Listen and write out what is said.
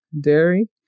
dairy